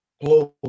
close